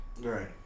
right